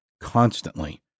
constantly